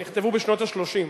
הם נכתבו בשנות ה-30.